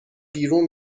بیرون